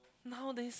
nowadays